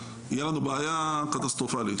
תהיה לנו בעיה קטסטרופלית.